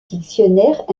dictionnaires